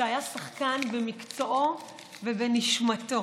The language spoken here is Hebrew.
שהיה שחקן במקצועו ובנשמתו.